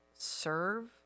serve